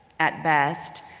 at best,